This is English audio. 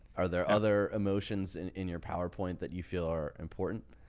are there other emotions in, in your powerpoint that you feel are important?